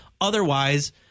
Otherwise